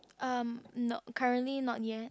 um nope currently not yet